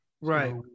right